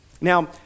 Now